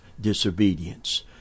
disobedience